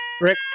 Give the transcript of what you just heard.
Rick